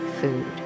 food